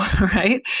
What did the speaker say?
Right